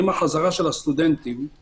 עם החזרה של הסטודנטים,